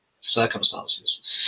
circumstances